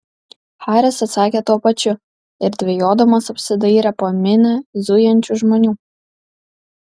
haris atsakė tuo pačiu ir dvejodamas apsidairė po minią zujančių žmonių